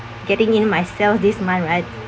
getting in my sales this month right